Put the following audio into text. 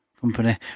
company